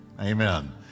Amen